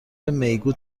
میگو